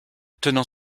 tenant